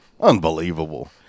Unbelievable